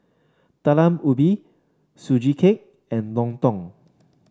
Talam Ubi Sugee Cake and lontong